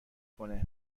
کنه